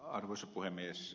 arvoisa puhemies